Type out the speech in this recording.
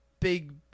big